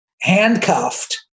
handcuffed